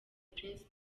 prince